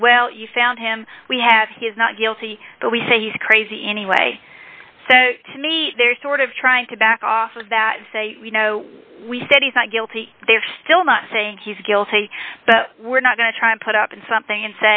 say well you found him we have he's not guilty but we say he's crazy anyway so to me they're sort of trying to back off of that say you know we said he's not guilty they've still not saying he's guilty but we're not going to try and put up in something and